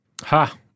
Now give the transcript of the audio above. Ha